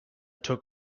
took